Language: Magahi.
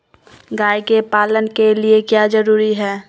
गाय के पालन के लिए क्या जरूरी है?